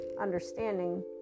understanding